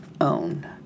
own